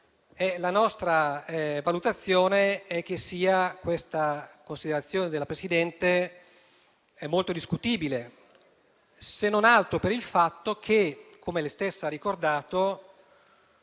la nostra valutazione è che la considerazione della Presidente sia molto discutibile, se non altro per il fatto che - come lei stessa ha ricordato